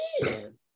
man